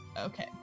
Okay